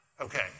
Okay